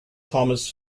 thomas